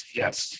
yes